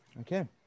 Okay